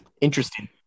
Interesting